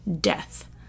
death